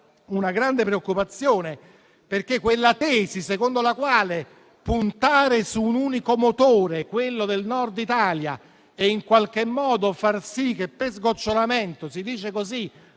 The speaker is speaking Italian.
una grande preoccupazione, perché quella tesi che intende puntare su un unico motore, quello del Nord Italia, facendo sì che per sgocciolamento - si dice così